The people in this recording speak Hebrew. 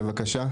בבקשה.